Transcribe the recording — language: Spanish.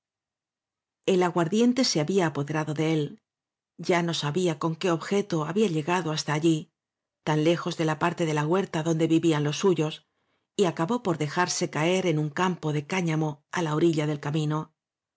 el aguardiente se había apoderado de él ya sabía con qué objeto había llegado hasta allí tan lejos de la parte de la huerta donde vivían los suyos y acabó por dejarse caer en un campo de cáñamo á la orilla del camino